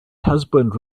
husband